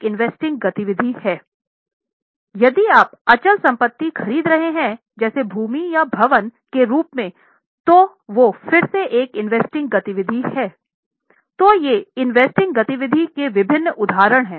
investing गतिविधि के विभिन्न उदाहरण हैं